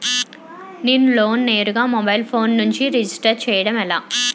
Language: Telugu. నేను లోన్ నేరుగా మొబైల్ ఫోన్ నుంచి రిజిస్టర్ చేయండి ఎలా?